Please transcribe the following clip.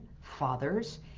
fathers